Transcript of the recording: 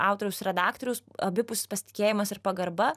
autoriaus ir redaktoriaus abipusis pasitikėjimas ir pagarba